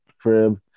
crib